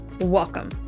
Welcome